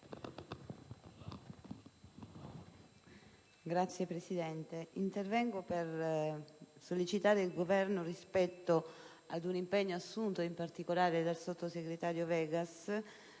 Signor Presidente, intervengo per sollecitare il Governo al rispetto di un impegno assunto, in particolare dal sottosegretario Vegas,